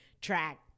track